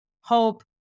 hope